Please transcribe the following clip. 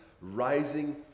rising